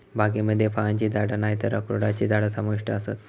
बागेमध्ये फळांची झाडा नायतर अक्रोडची झाडा समाविष्ट आसत